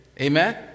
Amen